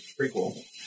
prequel